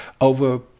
over